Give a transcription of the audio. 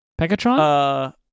Pegatron